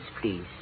please